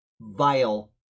vile